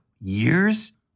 years